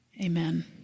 Amen